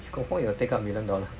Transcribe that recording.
confirm you will take up million dollar